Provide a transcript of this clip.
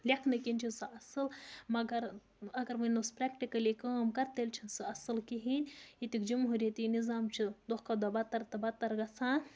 لٮ۪کھنہٕ کِنۍ چھِ سُہ اَصل مگر اگر وَنوس پرٛٮ۪کٹِکٔلی کٲم کَر تیٚلہِ چھِنہٕ سُہ اَصٕل کِہیٖنۍ ییٚتیُک جمہوٗرِیَتی نِظام چھِ دۄہ کھۄ دۄہ بَتر تہٕ بَتَر گَژھان